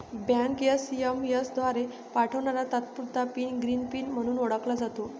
bank SMS द्वारे पाठवणारा तात्पुरता पिन ग्रीन पिन म्हणूनही ओळखला जातो